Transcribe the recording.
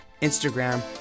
instagram